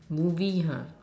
movie ha